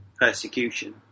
persecution